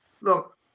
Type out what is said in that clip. look